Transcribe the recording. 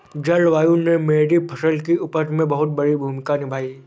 जलवायु ने मेरी फसल की उपज में बहुत बड़ी भूमिका निभाई